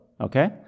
okay